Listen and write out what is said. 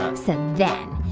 um so then,